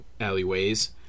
alleyways